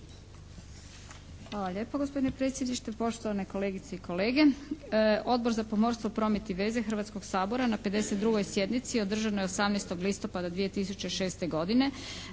Hvala lijepo gospodine predsjedniče, poštovane kolegice i kolege. Odbor za pomorstvo, promet i veze Hrvatskog sabora na 52. sjednici održanoj 18. listopada 2006. godine